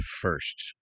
first